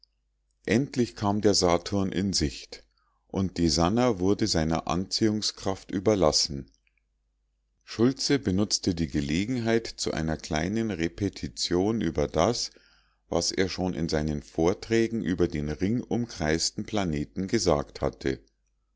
endlich kam der saturn in sicht und die sannah wurde seiner anziehungskraft überlassen schultze benutzte die gelegenheit zu einer kleinen repetition über das was er schon in seinen vorträgen über den ringumkreisten planeten gesagt hatte